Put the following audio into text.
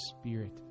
Spirit